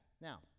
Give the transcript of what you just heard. now